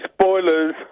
Spoilers